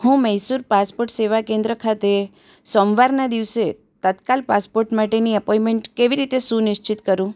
હું મૈસૂર પાસપોર્ટ સેવા કેન્દ્ર ખાતે સોમવારના દિવસે તત્કાલ પાસપોર્ટ માટેની અપોઈમેન્ટ કેવી રીતે સુનિશ્ચિત કરું